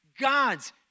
God's